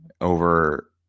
over